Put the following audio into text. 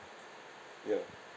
ya